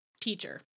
teacher